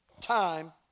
time